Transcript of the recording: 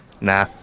Nah